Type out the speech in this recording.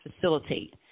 facilitate